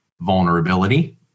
vulnerability